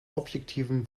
objektiven